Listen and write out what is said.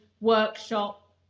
workshop